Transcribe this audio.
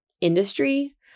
industry